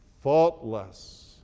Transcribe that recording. Faultless